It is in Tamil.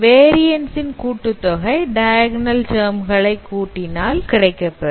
Variance ன் கூட்டுத்தொகை டயகனல் term கலை கூட்டினால் கிடைக்கப்பெறும்